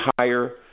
higher